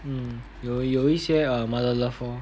mm 有有一些 err mother love lor